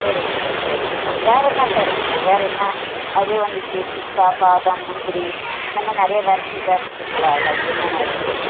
சரிங்க சார் சரிங்க சார் வேற என்ன சார் இருக்குது வேற என்ன அதிலே வந்து இப்போ பிஸ்தா பாதம் முந்திரி இந்தமாதிரி நிறைய வெரைட்டிஸ் இருக்குதுல அதில் என்னென்ன இருக்குது